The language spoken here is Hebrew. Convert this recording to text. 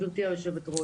גברתי יושבת הראש.